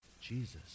Jesus